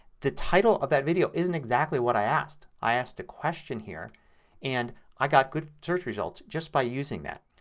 the title of that video isn't exactly what i asked. i asked a question here and i got good search results just by using that.